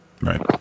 Right